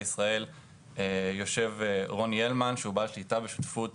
ישראל יושב רוני הלמן שהוא בעל שליטה בשותפות